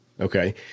Okay